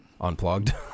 Unplugged